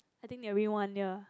I think they already one year